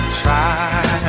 try